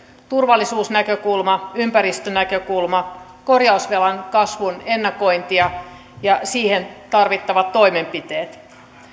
turvallisuusnäkökulma ympäristönäkökulma korjausvelan kasvun ennakointi ja ja siihen tarvittavat toimenpiteet